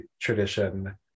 tradition